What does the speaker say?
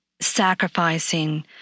sacrificing